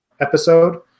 episode